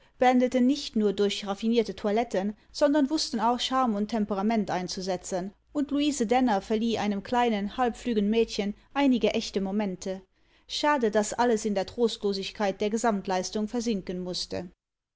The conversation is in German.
nicht nur durch raffinierte toiletten sondern wußten auch charme und temperament einzusetzen und louise daenner verlieh einem kleinen halbflüggen mädchen einige echte momente schade daß alles in der trostlosigkeit der gesamtleistung versinken mußte